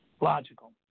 logical